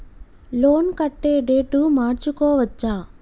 Loan కట్టే date మార్చుకోవచ్చా?